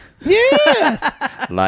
Yes